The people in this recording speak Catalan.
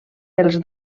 dos